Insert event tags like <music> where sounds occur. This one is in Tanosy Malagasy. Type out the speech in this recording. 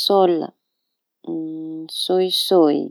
sôla, <hesitation> sôisôy.